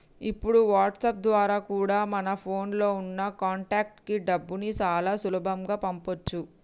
ఇప్పుడు వాట్సాప్ ద్వారా కూడా మన ఫోన్ లో ఉన్న కాంటాక్ట్స్ కి డబ్బుని చాలా సులభంగా పంపించొచ్చు